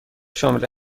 شامل